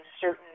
certain